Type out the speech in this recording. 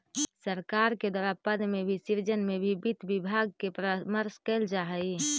सरकार के द्वारा पद के सृजन में भी वित्त विभाग से परामर्श कैल जा हइ